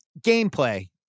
gameplay